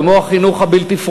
כמו החינוך הבלתי-פורמלי,